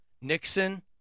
Nixon